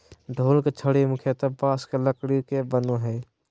ढोल के छड़ी मुख्यतः बाँस के लकड़ी के बनो हइ